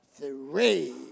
three